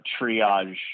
triage